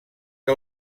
que